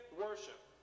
worship